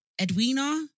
Edwina